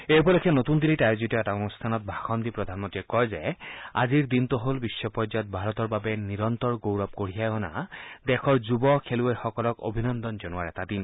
এই উপলক্ষে নতুন দিল্লীত আয়োজিত এটা অনুষ্ঠানত ভাষণ দি প্ৰধানমন্ত্ৰীয়ে কয় যে আজিৰ দিনটো হ'ল বিধ পৰ্যায়ত ভাৰতৰ বাবে অবিৰতভাৱে গৌৰৱ কঢ়িয়াই অনা দেশৰ যুৱ খেলুৱৈসকলক অভিনন্দন জনোৱাৰ দিন